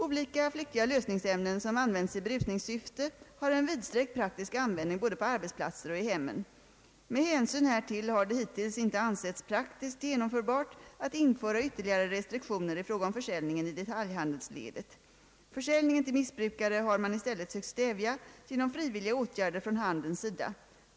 Olika flyktiga lösningsämnen, som används i berusningssyfte, har en vidsträckt praktisk användning både på arbetsplatser och i hemmen. Med hänsyn härtill har det hittills inte ansetts praktiskt genomförbart att införa ytterligare restriktioner i fråga om försäljningen i detaljhandelsledet. Försäljning till missbrukare har man i stället sökt stävja genom frivilliga åtgärder från handelns sida.